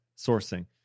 sourcing